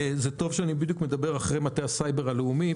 זה טוב שאני מדבר אחרי נציג מטה הסייבר הלאומי,